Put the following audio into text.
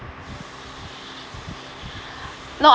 no